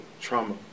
trauma